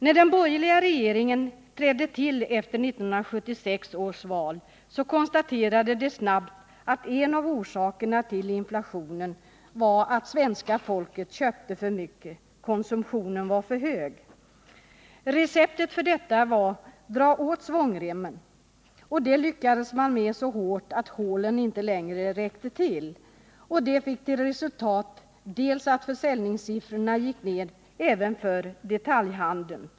När den borgerliga regeringen trädde till efter 1976 års val konstaterade den snabbt att en av orsakerna till inflationen var att svenska folket köpte för mycket, konsumtionen var hög. Receptet för detta var: Dra åt svångremmen! Det lyckades man göra så hårt att hålen inte längre räckte till. Det fick till resultat att försäljningssiffrorna gick ned även för detaljhandeln.